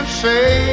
say